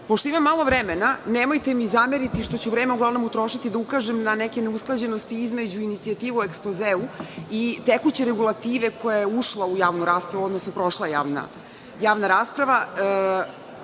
Pošto imam malo vremena, nemojte mi zameriti što ću vreme utrošiti da ukažem na neke ne usklađenosti između inicijativa u ekspozeu i tekuće regulative koja je ušla u javnu raspravu, odnosnoprošla je javna rasprava,